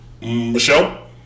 Michelle